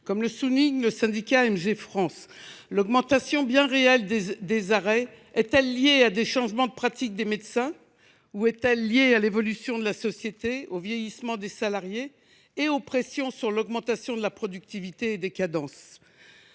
Comme le souligne le syndicat MG France, l’augmentation des arrêts est bien réelle, mais « est elle liée à des changements de pratique des médecins ou à l’évolution de la société, au vieillissement des salariés et aux pressions sur l’augmentation de la productivité et des cadences ?